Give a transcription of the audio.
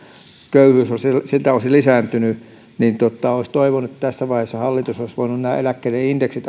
köyhyys on siltä osin lisääntynyt olisi toivonut että tässä vaiheessa hallitus olisi voinut ainakin nämä eläkkeiden indeksit